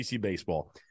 baseball